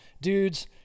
Dudes